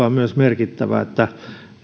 on merkittävää